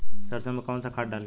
सरसो में कवन सा खाद डाली?